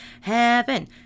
Heaven